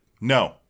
no